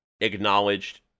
acknowledged